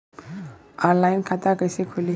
Online खाता कइसे खुली?